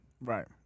Right